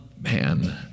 man